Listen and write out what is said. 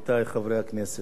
חברי הכנסת,